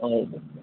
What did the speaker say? और